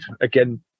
again